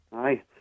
Aye